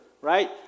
right